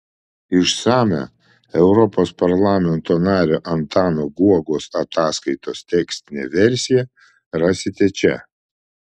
išsamią europos parlamento nario antano guogos ataskaitos tekstinę versiją rasite čia